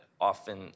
often